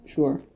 Sure